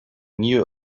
new